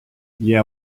yeah